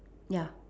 ya